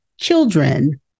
children